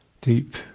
deep